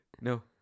No